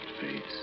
face